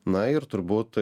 na ir turbūt